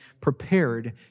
prepared